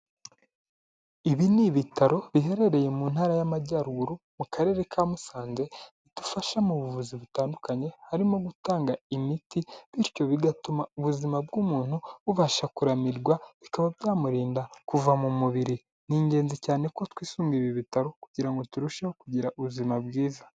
Ibi ni ibitaro biherereye mu ntara y'amajyaruguru, mu karere ka Musanze, bidufasha mu buvuzi butandukanye, harimo gutanga imiti, bityo bigatuma ubuzima bw'umuntu bubasha kuramirwa, bikaba byamurinda kuva mu mubiri. Ni ingenzi cyane ko twisunga ibi bitaro kugira ngo turusheho kugira ubuzima bwiza.